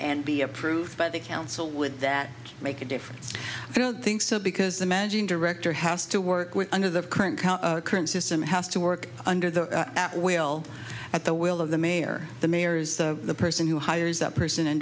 and be approved by the council would that make a difference i don't think so because the managing director has to work with under the current current system has to work under the well at the will of the mayor the mayor is the person who hires that person and